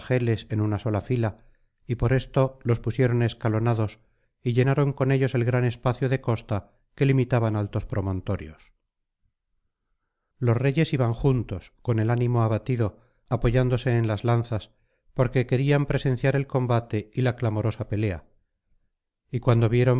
en una sola fila y por esto los pusieron escalonados y llenaron con ellos el gran espacio de costa que limitaban altos promontorios los reyes iban juntos con el ánimo abatido apoyándose en las lanzas porque querían presenciar el combate y la clamorosa pelea y cuando vieron